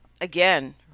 again